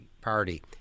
Party